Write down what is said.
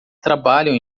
trabalham